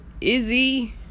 izzy